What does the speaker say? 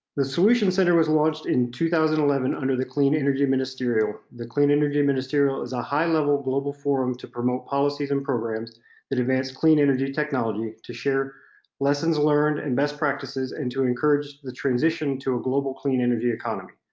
the solutions center was launched in two thousand and eleven under the clean energy ministerial. the clean energy ministerial is a high-level global forum to promote policies and programs that advance clean energy technology, to share lessons learned and best practices, and to encourage the transition to a global clean energy economy.